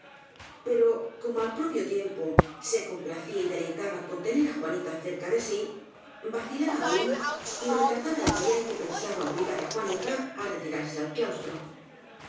pero como al propio tiem po se complacía y deleitaba con tener á juanita cer ca de sí vacilaba aún y retardaba el día en que pensaba obligar á juanita á retirarse al claustro